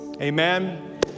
amen